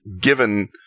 Given